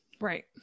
Right